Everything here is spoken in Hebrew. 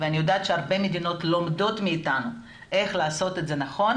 ואני יודעת שהרבה מדינות לומדות מאתנו איך לעשות את זה נכון,